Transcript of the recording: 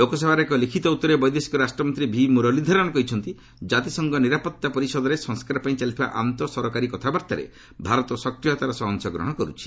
ଲୋକସଭାରେ ଏକ ଲିଖିତ ଉତ୍ତରରେ ବୈଦେଶିକ ରାଷ୍ଟ୍ରମନ୍ତ୍ରୀ ଭି ମ୍ବରଲୀଧରନ୍ କହିଛନ୍ତି ଜାତିସଂଘ ନିରାପତ୍ତା ପରିଷଦରେ ସଂସ୍କାର ପାଇଁ ଚାଲିଥିବା ଆନ୍ତଃ ସରକାରୀ କଥାବାର୍ତ୍ତାରେ ଭାରତ ସକ୍ରିୟତାର ସହ ଅଂଶଗ୍ରହଣ କରୁଛି